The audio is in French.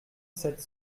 sept